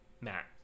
Matt